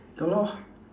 ya lor